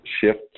shift